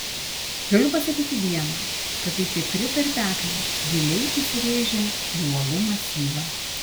galiu pasakyti viena kad tai tikri tarpekliai giliai įsirėžę į uolų masyvą